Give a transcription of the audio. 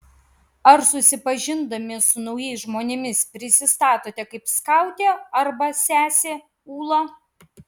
ar susipažindami su naujais žmonėmis prisistatote kaip skautė arba sesė ūla